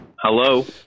Hello